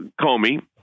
Comey